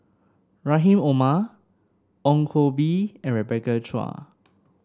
Rahim Omar Ong Koh Bee and Rebecca Chua